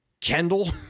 Kendall